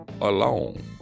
alone